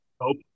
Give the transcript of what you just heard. hope